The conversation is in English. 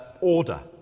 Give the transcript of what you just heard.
order